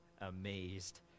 ...amazed